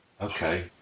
okay